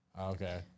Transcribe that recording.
Okay